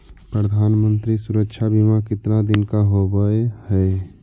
प्रधानमंत्री मंत्री सुरक्षा बिमा कितना दिन का होबय है?